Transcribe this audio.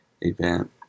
event